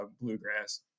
Bluegrass